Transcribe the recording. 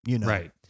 Right